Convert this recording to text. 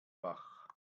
bach